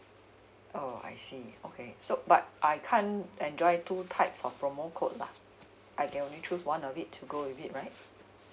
oh I see okay so but I can't enjoy two types of promo code lah I can only choose one of it to go with it right